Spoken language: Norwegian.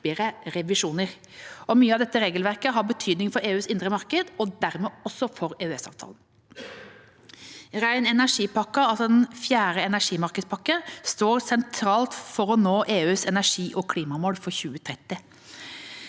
og hyppigere revisjoner. Mye av dette regelverket har betydning for EUs indre marked og dermed også for EØS-avtalen. Ren energi-pakken – den fjerde energimarkedspakken – står sentralt for å nå EUs energi- og klimamål for 2030.